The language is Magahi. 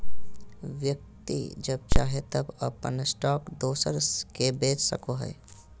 व्यक्ति जब चाहे तब अपन स्टॉक दोसर के बेच सको हइ